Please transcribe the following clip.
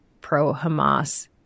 pro-Hamas